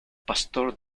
pastor